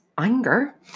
anger